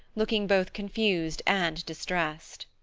looking both confused and distressed.